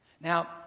Now